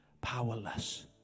powerless